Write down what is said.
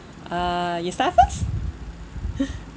uh you start first